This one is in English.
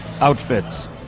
outfits